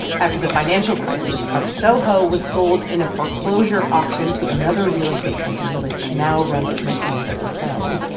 after the financial crisis, trump soho was sold in a foreclosure auction to another real estate company, which now runs it mostly as a hotel.